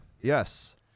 Yes